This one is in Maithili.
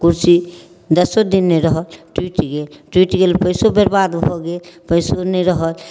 कुरसी दसो दिन नहि रहल टुटि गेल टुटि गेल पइसो बर्बाद भऽ गेल पइसो नहि रहल